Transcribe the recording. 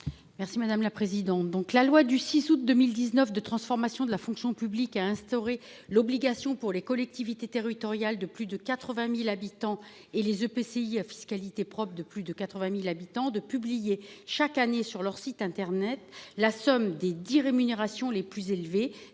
Merci madame la présidente. Donc la loi du 6 août 2019 de transformation de la fonction publique à instaurer l'obligation pour les collectivités territoriales de plus de 80.000 habitants et les EPCI à fiscalité propre de plus de 80.000 habitants de publier chaque année sur leur site internet, la somme des 10 rémunérations les plus élevées